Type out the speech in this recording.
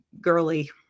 girly